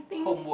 homework